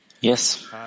Yes